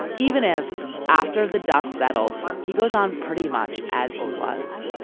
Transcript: even if after the dust settles, he goes on pretty much as he was.